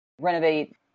renovate